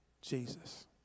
Jesus